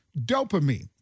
dopamine